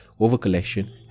overcollection